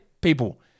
people